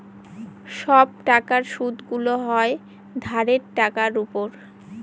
সব টাকার সুদগুলো হয় ধারের টাকার উপর